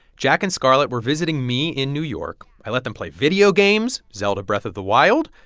jack and scarlett were visiting me in new york. i let them play video games, zelda breath of the wild.